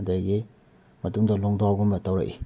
ꯑꯗꯒꯤ ꯃꯇꯨꯡꯗ ꯂꯣꯡꯗꯥꯎꯒꯨꯝꯕ ꯇꯧꯔꯛꯏ